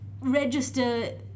register